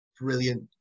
brilliant